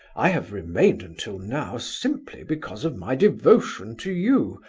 i have remained until now simply because of my devotion to you,